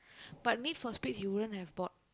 but need for speeds he wouldn't have bought